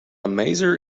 maser